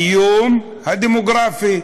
האיום הדמוגרפי.